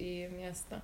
į miestą